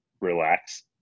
relax